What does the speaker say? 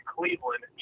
Cleveland